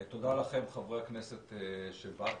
תודה לכם חברי הכנסת שבאתם.